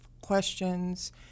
questions